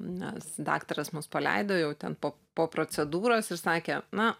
nes daktaras mus paleido jau ten po po procedūros ir sakė na